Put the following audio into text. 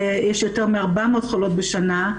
יש יותר מ-400 חולות בשנה,